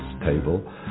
table